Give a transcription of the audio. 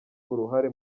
uruhare